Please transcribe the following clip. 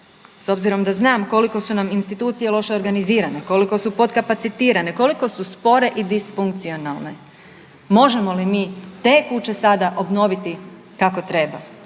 s obzirom da znam koliko su nam institucije loše organizirane, koliko su potkapacitirane, koliko su spore i disfunkcionalne možemo li mi te kuće sada obnoviti kako treba